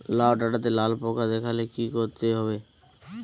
লাউ ডাটাতে লাল পোকা দেখালে কি করতে হবে?